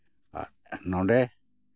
ᱱᱚᱰᱮ